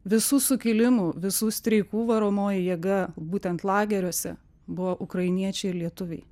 visų sukilimų visų streikų varomoji jėga būtent lageriuose buvo ukrainiečiai ir lietuviai